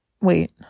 wait